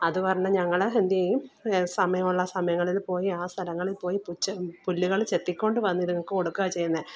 അത് കാരണം ഞങ്ങൾ എന്റെയും സമയം ഉള്ള സമയങ്ങളില് പോയി ആ സ്ഥലങ്ങളില് പോയി പുച്ചം പുല്ലുകള് ചെത്തിക്കൊണ്ട് വന്ന് ഇതുങ്ങൾക്ക് കൊടുക്കുകയാണ് ചെയ്യുന്നത്